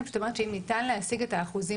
אני פשוט אומרת שאם ניתן להשיג את האחוזים